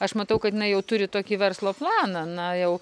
aš matau kad jinai jau turi tokį verslo planą na jau